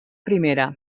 primera